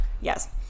yes